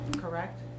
correct